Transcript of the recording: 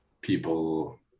people